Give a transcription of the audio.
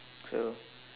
true